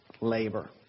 labor